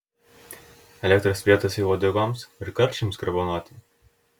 elektros prietaisai uodegoms ir karčiams garbanoti